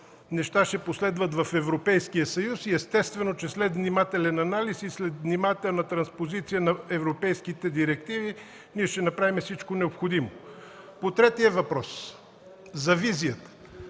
неща ще последват в Европейския съюз. След внимателен анализ и внимателна транспозиция на европейските директиви ще направим всичко необходимо. По третия въпрос – за визията,